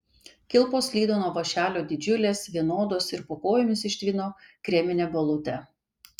kilpos slydo nuo vąšelio didžiulės vienodos ir po kojomis ištvino kremine balute